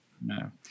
No